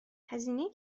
هزینه